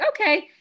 okay